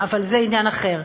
אבל זה עניין אחר.